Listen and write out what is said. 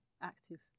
active